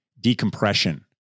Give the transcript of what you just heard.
decompression